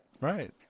Right